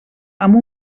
amb